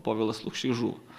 povilas lukšys žuvo